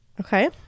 Okay